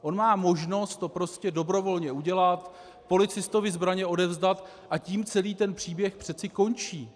On má možnost to prostě dobrovolně udělat, policistovi zbraně odevzdat, a tím celý ten příběh přeci končí.